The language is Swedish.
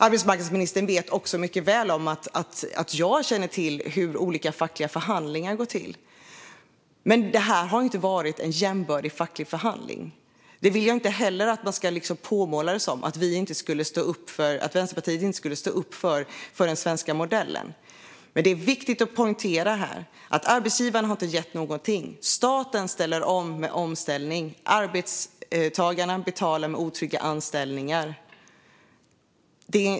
Arbetsmarknadsministern vet också mycket väl att jag känner till hur olika fackliga förhandlingar går till. Men det här har inte varit en jämbördig facklig förhandling. Vi vill inte heller påmåla att Vänsterpartiet inte skulle stå upp för den svenska modellen. Det är viktigt att poängtera att arbetsgivaren inte har gett någonting. Staten ställer upp med omställning. Arbetstagarna betalar med otrygga anställningar.